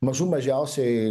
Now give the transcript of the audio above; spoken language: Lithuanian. mažų mažiausiai